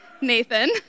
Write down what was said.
Nathan